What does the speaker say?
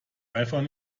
einfach